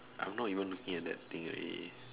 I'm not even looking at that thing already